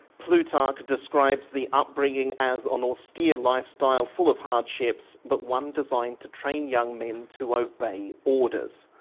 plutarc describes the upbringing as an austere lifestyle, full of hardships but one designed to train young men to obey orders'.